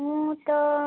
ମୁଁ ତ